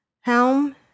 helm